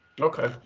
Okay